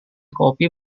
kopi